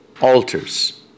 Altars